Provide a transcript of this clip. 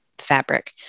fabric